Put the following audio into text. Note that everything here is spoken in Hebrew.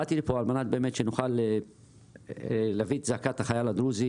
באתי לכאן על מנת שבאמת נוכל להביא את זעקת החייל הדרוזי